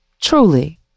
Truly